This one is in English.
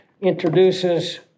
introduces